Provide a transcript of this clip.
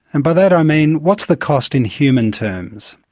and by that i mean, what's the cost in human terms?